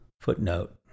Footnote